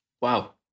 Wow